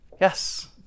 Yes